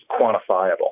quantifiable